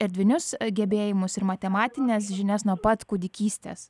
erdvinius gebėjimus ir matematines žinias nuo pat kūdikystės